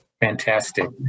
Fantastic